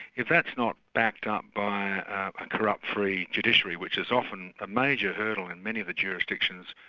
if that's not backed up by a corrupt-free judiciary, which is often a major hurdle in many of the jurisdictions,